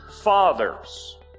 fathers